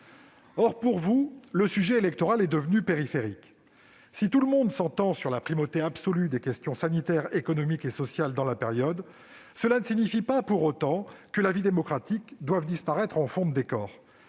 Or, pour vous, le sujet électoral est devenu périphérique. Si tout le monde s'entend sur la primauté absolue des questions sanitaires, économiques et sociales dans la période actuelle, cela ne signifie pas pour autant que la vie démocratique doive disparaître en fond de décor,